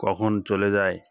কখন চলে যায়